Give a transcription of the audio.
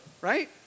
right